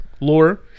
lore